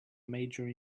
major